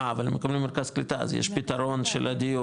אה אבל הם במרכז קליטה אז יש פתרון של הדיור,